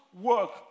work